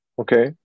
Okay